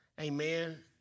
Amen